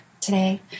today